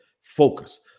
focus